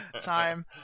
time